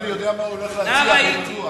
נער הייתי.